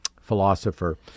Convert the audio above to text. philosopher